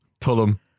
Tulum